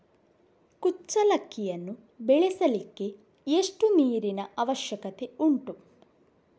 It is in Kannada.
ಕುಚ್ಚಲಕ್ಕಿಯನ್ನು ಬೆಳೆಸಲಿಕ್ಕೆ ಎಷ್ಟು ನೀರಿನ ಅವಶ್ಯಕತೆ ಉಂಟು?